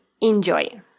Enjoy